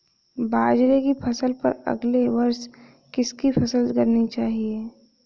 बाजरे की फसल पर अगले वर्ष किसकी फसल करनी चाहिए?